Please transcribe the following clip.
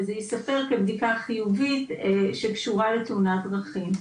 זה יספר שהבדיקה חיובית שקשורה לתאונת דרכים,